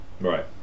Right